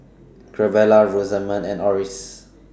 Gabriela Rosamond and Orris